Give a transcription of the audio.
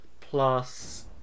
plus